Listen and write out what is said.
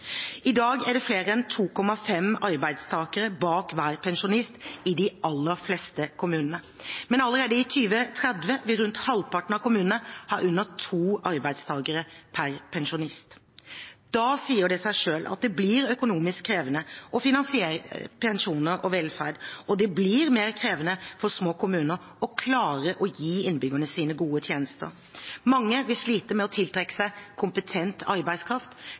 I dag er det flere enn 2,5 arbeidstakere bak hver pensjonist i de aller fleste kommunene, men allerede i 2030 vil rundt halvparten av kommunene ha under 2 arbeidstakere per pensjonist. Da sier det seg selv at det blir økonomisk krevende å finansiere pensjoner og velferd, og det blir mer krevende for små kommuner å klare å gi innbyggerne sine gode tjenester. Mange vil slite med å tiltrekke seg kompetent arbeidskraft.